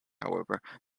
however